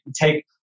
Take